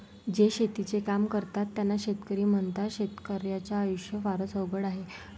जे शेतीचे काम करतात त्यांना शेतकरी म्हणतात, शेतकर्याच्या आयुष्य फारच अवघड आहे